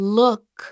look